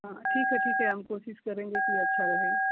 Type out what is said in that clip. हाँ ठीक है ठीक है हम कोशिश करेंगे कि अच्छा रहे